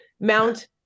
Mount